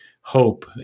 hope